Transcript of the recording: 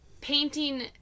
painting